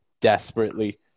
desperately